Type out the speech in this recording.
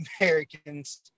American's